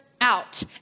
out